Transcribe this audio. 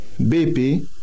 BP